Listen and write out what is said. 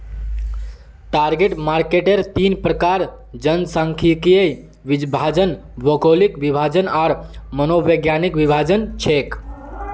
target marketer तीन प्रकार जनसांख्यिकीय विभाजन, भौगोलिक विभाजन आर मनोवैज्ञानिक विभाजन छेक